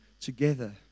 together